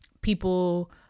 people